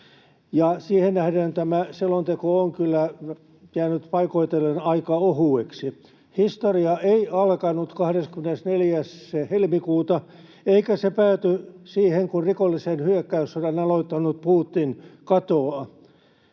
siihen nähden tämä selonteko on kyllä jäänyt paikoitellen aika ohueksi. Historia ei alkanut 24. helmikuuta, eikä se pääty siihen, kun rikollisen hyökkäyssodan aloittanut Putin katoaa.